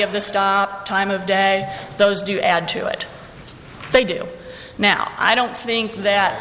the stop time of day those do add to it they do now i don't think that